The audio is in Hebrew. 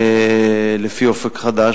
לפי "אופק חדש",